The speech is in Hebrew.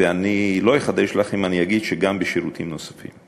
ואני לא אחדש לך אם אני אגיד שגם בשירותים נוספים.